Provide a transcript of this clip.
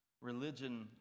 Religion